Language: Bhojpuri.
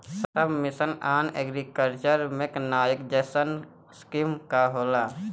सब mission on agriculture mechanisation scheme का होला?